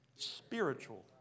spiritual